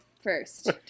first